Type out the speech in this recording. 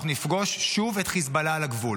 אנחנו נפגוש שוב את חיזבאללה על הגבול.